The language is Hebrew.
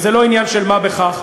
וזה לא עניין של מה בכך.